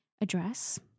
address